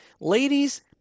Ladies